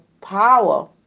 power